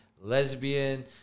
lesbian